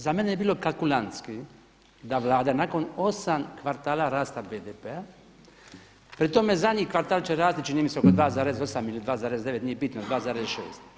Za mene je bilo kalkulantski da Vlada nakon 8 kvartala rasta BDP-a, pri tome zadnji kvartal će rasti čini mi se oko 2,8 ili 2,9, nije bitno 2,6.